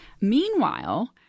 meanwhile